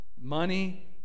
money